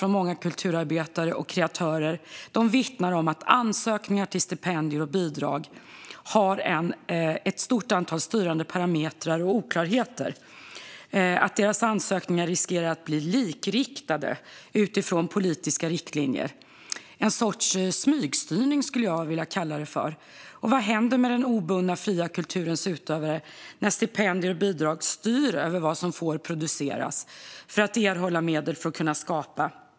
Men många kulturarbetare och kreatörer vittnar om att det finns ett stort antal styrande parametrar och oklarheter för ansökningar till stipendier och bidrag. Deras ansökningar riskerar att bli likriktade utifrån politiska riktlinjer. Jag skulle vilja kalla det en sorts smygstyrning. Vad händer med den obundna fria kulturens utövare när stipendier och bidrag styr över vad som får produceras för att de ska erhålla medel för att kunna skapa?